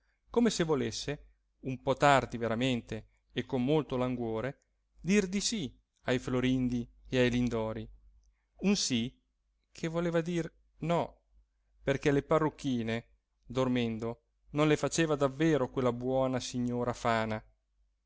come se volesse un po tardi veramente e con molto languore dir di sì ai florindi e ai lindori un sì che voleva dir no perché le parrucchine dormendo non le faceva davvero quella buona signora fana